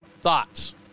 Thoughts